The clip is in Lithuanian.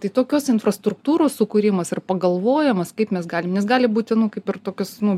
tai tokios infrastruktūros sukūrimas ir pagalvojimas kaip mes galim nes gali būti nu kaip ir tokios nu